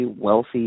wealthy